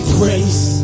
grace